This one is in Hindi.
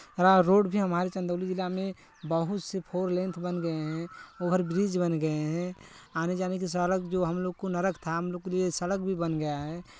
रोड भी हमारे चंदौली जिला में बहुत सी फोर लेन बन गए हैं ओवर ब्रिज़ बन गए हैं आने जाने की सड़क जो हम लोग को नर्क था हम लोग के लिए सड़क भी बन गया है